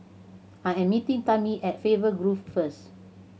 I am meeting Tami at Faber Grove first